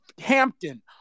Hampton